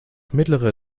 mittlere